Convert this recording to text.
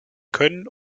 können